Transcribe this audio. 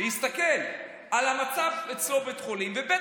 להסתכל על המצב אצלו בבית החולים, ב.